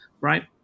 right